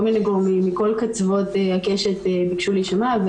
כל מיני גורמים מכל קצוות הקשת ביקשו להישמע.